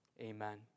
Amen